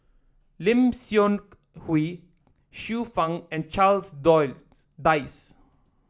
Lim Seok Hui Xiu Fang and Charles Dyce